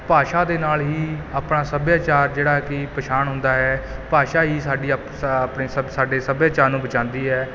ਭਾਸ਼ਾ ਦੇ ਨਾਲ ਹੀ ਆਪਣਾ ਸੱਭਿਆਚਾਰ ਜਿਹੜਾ ਕੀ ਪਛਾਣ ਹੁੰਦਾ ਹੈ ਭਾਸ਼ਾ ਹੀ ਸਾਡੀ ਅਪ ਸ ਆਪਣੇ ਸ ਸਾਡੇ ਸੱਭਿਆਚਾਰ ਨੂੰ ਬਚਾਉਂਦੀ ਹੈ